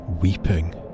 weeping